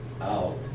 out